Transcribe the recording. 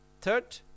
Third